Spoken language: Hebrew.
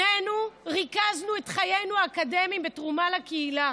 שנינו ריכזנו את חיינו האקדמיים בתרומה לקהילה.